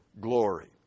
glory